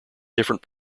different